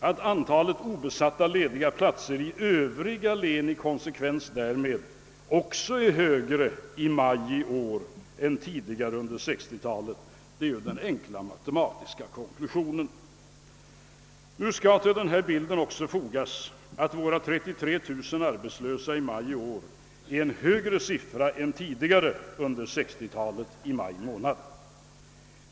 Att antalet obesatta lediga platser inom Övriga län också är högre i maj detta år än tidigare under 1960-talet är ju den enkla matematiska konklusionen av detta. Till denna bild bör fogas, att dessa 33 000 arbetslösa i maj är en högre siffra än som förekommit tidigare under 1960-talet i maj månad.